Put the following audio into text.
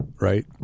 right